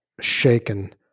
shaken